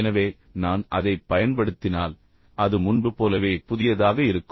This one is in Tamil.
எனவே நான் அதைப் பயன்படுத்தினால் அது முன்பு போலவே புதியதாக இருக்கும்